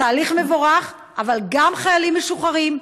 התהליך מבורך, אבל גם חיילים משוחררים,